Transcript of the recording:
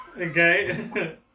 Okay